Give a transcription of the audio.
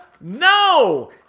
No